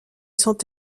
sont